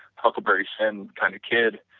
huckleberry finn kind of kid